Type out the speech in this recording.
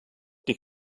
die